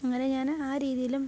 അങ്ങനെ ഞാന് ആ രീതിയിലും